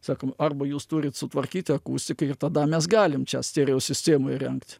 sakom arba jūs turit sutvarkyti akustiką ir tada mes galim čia stereo sistemą įrengt